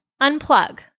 Unplug